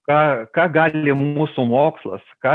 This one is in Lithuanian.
ką ką gali mūsų mokslas ką